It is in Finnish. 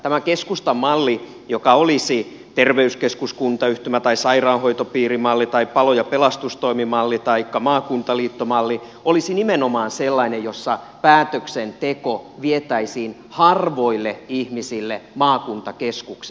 tämä keskustan malli joka olisi terveyskeskuskuntayhtymä tai sairaanhoitopiirimalli tai palo ja pelastustoimimalli taikka maakuntaliittomalli olisi nimenomaan sellainen jossa päätöksenteko vietäisiin harvoille ihmisille maakuntakeskukseen